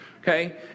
okay